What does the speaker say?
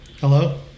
Hello